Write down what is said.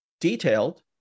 detailed